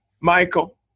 Michael